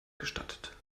gestattet